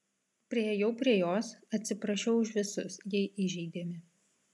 priėjau prie jos atsiprašiau už visus jei įžeidėme